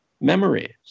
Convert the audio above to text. memories